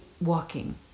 walking